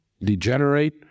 degenerate